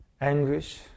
anguish